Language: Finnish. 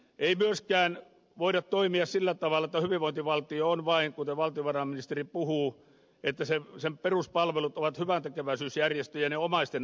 ei myöskään voida toimia sillä tavalla kuten valtiovarainministeri puhuu että hyvinvointivaltion peruspalvelut ovat vain hyväntekeväisyysjärjestöjen ja omaisten asia